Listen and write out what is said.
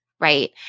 Right